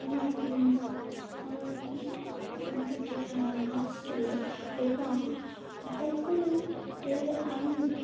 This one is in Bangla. আমার আমার দিকে হাসছিলো এবং হঠাৎ করে আমি